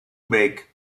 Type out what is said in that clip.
make